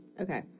Okay